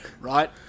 right